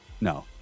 No